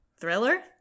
Thriller